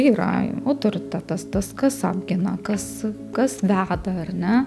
yra autoritetas tas kas apgina kas kas veda ar ne